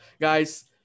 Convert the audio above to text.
guys